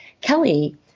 Kelly